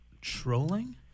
trolling